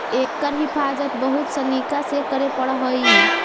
एकर हिफाज़त बहुत सलीका से करे पड़ऽ हइ